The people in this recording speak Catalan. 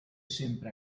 sempre